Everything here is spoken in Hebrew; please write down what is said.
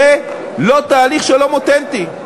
זה לא תהליך שלום אותנטי.